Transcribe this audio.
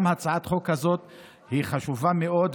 גם הצעת החוק הזאת היא חשובה מאוד,